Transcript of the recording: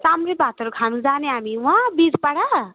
चाम्रे भातहरू खानु जाने हामी वहाँ बिरुपाडा